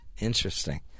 interesting